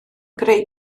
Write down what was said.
greu